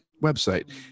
website